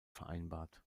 vereinbart